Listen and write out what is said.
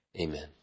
Amen